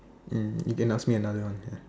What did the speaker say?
mm you can ask me another one